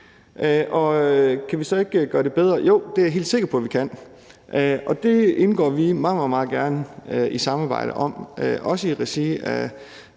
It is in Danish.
Kan vi så ikke gøre det bedre? Jo, det er jeg helt sikker på vi kan, og det indgår vi meget, meget gerne i samarbejde om, også uden